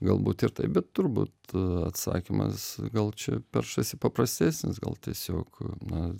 galbūt ir taip bet turbūt atsakymas gal čia peršasi paprastesnis gal tiesiog na